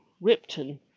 ripton